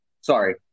sorry